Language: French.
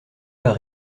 pas